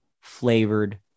flavored